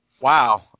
Wow